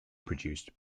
produced